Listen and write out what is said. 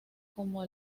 como